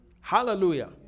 Hallelujah